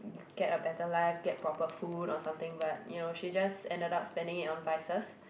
get a better life get proper food or something but you know she just ended up spending it on vices